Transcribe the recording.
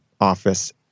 office